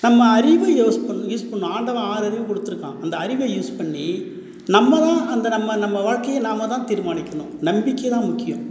நம்ம அறிவை யோஸ் பண் யூஸ் பண்ணனும் ஆண்டவன் ஆறறிவு கொடுத்துருக்கான் அந்த அறிவை யூஸ் பண்ணி நம்ம தான் அந்த நம்ம நம்ம வாழ்க்கையை நாம தான் தீர்மானிக்கணும் நம்பிக்கை தான் முக்கியம்